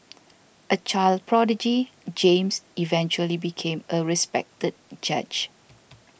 a child prodigy James eventually became a respected judge